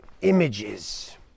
images